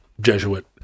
Jesuit